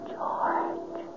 George